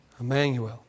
Emmanuel